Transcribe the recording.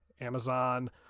Amazon